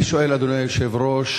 אני שואל, אדוני היושב-ראש,